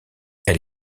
elle